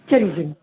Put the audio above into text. சரிங்க சரிங்க